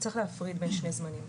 צריך להפריד בין שני זמנים.